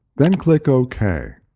then click ok.